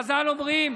חז"ל אומרים: